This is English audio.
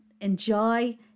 enjoy